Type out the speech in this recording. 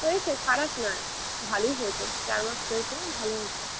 হয়েছে খারাপ না ভালোই হয়েছে স্টার মার্কস হয়েছে ভালো হয়েছে